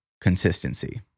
consistency